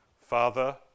Father